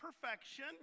perfection